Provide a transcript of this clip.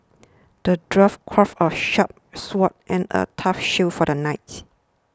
the dwarf crafted a sharp sword and a tough shield for the knight